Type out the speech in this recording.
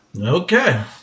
Okay